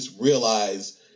realize